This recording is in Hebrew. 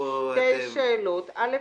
שתי שאלות: אל"ף,